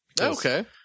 Okay